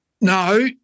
no